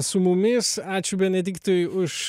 su mumis ačiū benediktui už